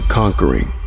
conquering